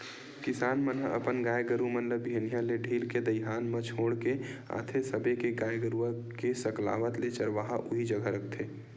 किसान मन ह अपन गाय गरु मन ल बिहनिया ले ढील के दईहान म छोड़ के आथे सबे के गाय गरुवा के सकलावत ले चरवाहा उही जघा रखथे